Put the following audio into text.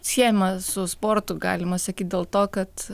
siejama su sportu galima sakyt dėl to kad